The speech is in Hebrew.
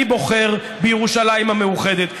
אני בוחר בירושלים המאוחדת.